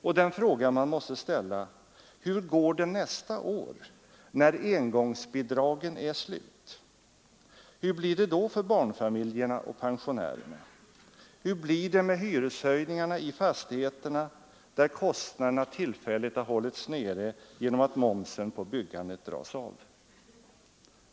Och den fråga man måste ställa är: Hur går det nästa år, när engångsbidragen är slut? Hur blir det då för barnfamiljerna och pensionärerna? Hur blir det med hyreshöjningarna i fastigheterna, där kostnaderna tillfälligt har hållits nere genom att momsen på byggandet dras av?